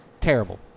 Terrible